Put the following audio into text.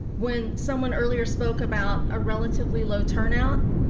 when someone earlier spoke about a relatively low turnout,